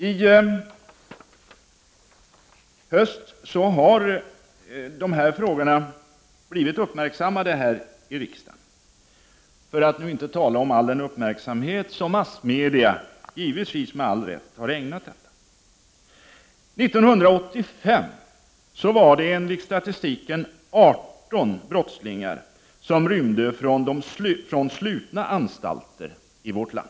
Under hösten har dessa frågor blivit uppmärksammade här i riksdagen, för att inte tala om all den uppmärksamhet som massmedia, givetvis med all rätt, har ägnat dem. År 1985 var det enligt statistiken 18 brottslingar som rymde från slutna anstalter i vårt land.